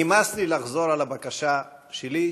נמאס לי לחזור על הבקשה שלי,